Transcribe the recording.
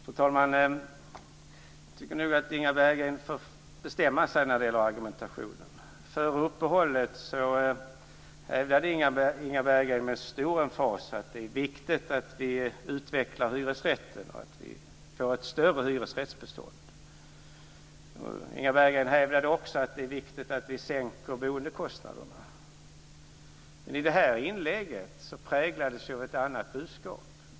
Fru talman! Jag tycker nog att Inga Berggren får bestämma sig när det gäller argumentationen. Före uppehållet i debatten hävdade Inga Berggren med stor emfas att det är viktigt att vi utvecklar hyresrätten och att vi får ett större bestånd av hyresrätter. Inga Berggren hävdade också att det är viktigt att vi sänker boendekostnaderna. Men det här inlägget präglades av ett annat budskap.